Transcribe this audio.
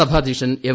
സഭാധ്യക്ഷൻ M